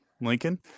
Lincoln